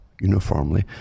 uniformly